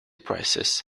prices